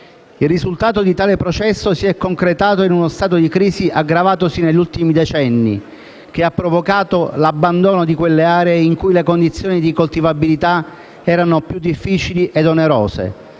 Il risultato di tale processo si è concretato in uno stato di crisi aggravatosi negli ultimi decenni, che ha provocato l'abbandono di quelle aree in cui le condizioni di coltivabilità erano più difficili e onerose,